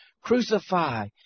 Crucify